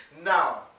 Now